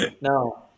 No